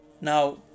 Now